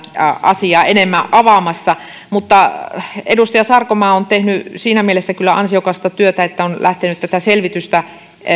asiaa enemmän avaamassa mutta edustaja sarkomaa on tehnyt siinä mielessä kyllä ansiokasta työtä että on lähtenyt